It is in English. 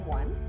one